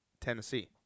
tennessee